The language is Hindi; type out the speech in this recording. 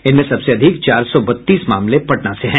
इनमें सबसे अधिक चार सौ बत्तीस मामले पटना से हैं